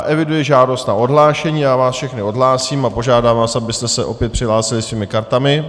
Eviduji žádost na odhlášení, všechny vás odhlásím a požádám vás, abyste se opět přihlásili svými kartami.